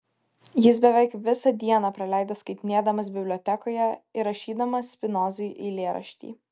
jis beveik visą dieną praleido skaitinėdamas bibliotekoje ir rašydamas spinozai eilėraštį